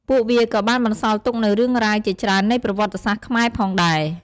ពួកវាក៏បានបន្សល់ទុកនូវរឿងរ៉ាវជាច្រើននៃប្រវត្តិសាស្ត្រខ្មែរផងដែរ។